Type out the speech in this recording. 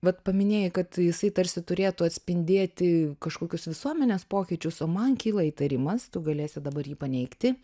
vat paminėjai kad jisai tarsi turėtų atspindėti kažkokius visuomenės pokyčius o man kyla įtarimas tu galėsi dabar jį paneigti